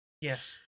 Yes